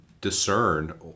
discern